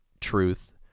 truth